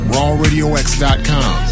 RawRadioX.com